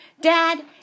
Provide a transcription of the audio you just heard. Dad